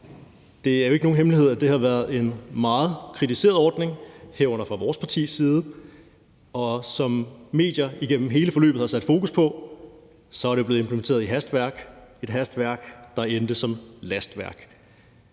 Det er ikke nogen hemmelighed, at det har været en meget kritiseret ordning, herunder fra vores partis side. Som medier igennem hele forløbet har sat fokus på, er det blevet implementeret i hast, og det er et hastværk, der endte som lastværk.